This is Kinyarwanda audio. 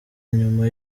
nyuma